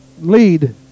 lead